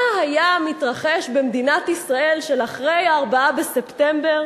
מה היה מתרחש במדינת ישראל של אחרי 4 בספטמבר